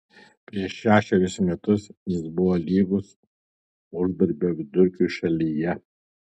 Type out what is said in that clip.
prieš šešerius metus jis buvo lygus uždarbio vidurkiui šalyje